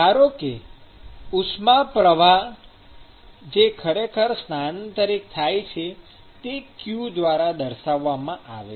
ધારો કે ઉષ્માનો પ્રવાહ જે ખરેખર સ્થાનાંતરિત થાય છે તે "qʹʹ દ્વારા દર્શાવવામાં આવે છે